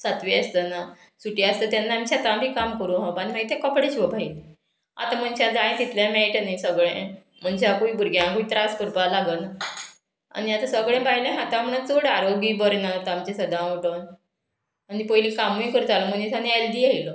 सातवी आसतना सुटी आसता तेन्ना आमी शेतां बी काम करूं हाप मागीर तें कपडे शिवप भायर आतां मनशां जाय तितलें मेळटा न्ही सगळें मनशाकूय भुरग्यांकूय त्रास करपा लागून आनी आतां सगळें बायलें हाता म्हणून चड आरोग्य बरें ना जाता आमचें सदां वटोन आनी पयलीं कामूय करतालो मनीस आनी हेल्दी आयलो